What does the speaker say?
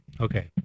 Okay